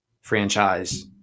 franchise